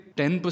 10%